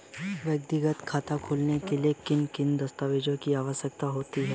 व्यक्तिगत खाता खोलने के लिए किन किन दस्तावेज़ों की आवश्यकता होगी?